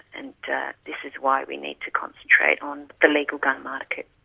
and this is why we need to concentrate on the legal gun market.